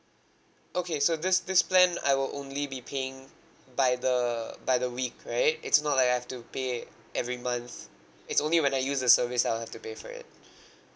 okay so this this plan I will only be paying by the by the week right it's not like I have to pay every month it's only when I use the service I'll have to pay for it